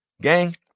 Gang